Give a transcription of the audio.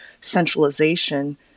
centralization